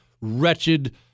wretched